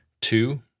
Two